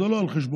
זה לא על חשבונו.